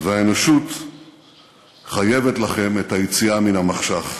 והאנושות חייבת לכם את היציאה מן המחשך.